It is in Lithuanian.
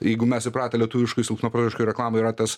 jeigu mes įpratę lietuviškoj silpnaprotiškoj reklamoj yra tas